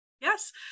Yes